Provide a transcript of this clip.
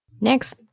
Next